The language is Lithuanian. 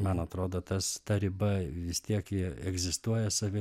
man atrodo tas ta riba vis tiek ji egzistuoja savi